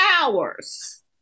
hours